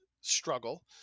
struggle